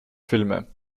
filme